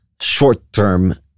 short-term